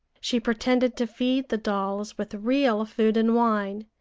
she pretended to feed the dolls with real food and wine,